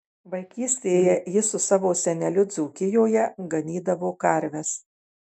vaikystėje jis su savo seneliu dzūkijoje ganydavo karves